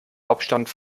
hauptstadt